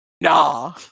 nah